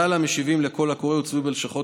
כלל המשיבים לקול הקורא הוצבו בלשכות